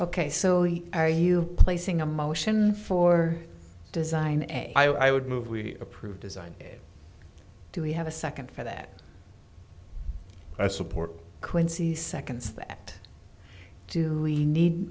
ok so are you placing a motion for design and i would move we approve design do we have a second for that i support quincy seconds that do we need